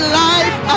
life